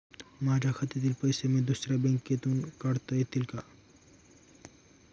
माझ्या खात्यातील पैसे मी दुसऱ्या बँकेतून काढता येतील का?